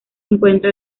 encuentra